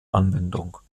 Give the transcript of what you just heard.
anwendung